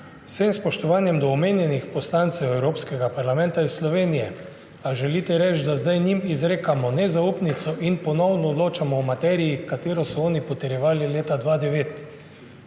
vsem spoštovanjem do omenjenih poslancev Evropskega parlamenta iz Slovenije – ali želite reči, da zdaj njim izrekamo nezaupnico in ponovno odločamo o materiji, ki so jo oni potrjevali leta 2009?